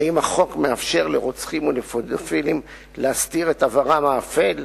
האם החוק מאפשר לרוצחים ולפדופילים להסתיר את עברם האפל?